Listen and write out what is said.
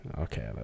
Okay